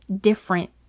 different